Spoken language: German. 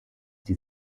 die